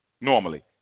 normally